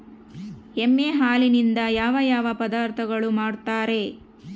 ಎಮ್ಮೆ ಹಾಲಿನಿಂದ ಯಾವ ಯಾವ ಪದಾರ್ಥಗಳು ಮಾಡ್ತಾರೆ?